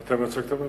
אתה מייצג את הממשלה,